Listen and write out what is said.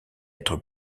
être